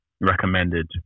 recommended